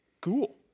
Cool